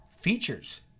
features